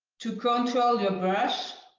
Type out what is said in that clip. to control your brush.